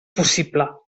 possible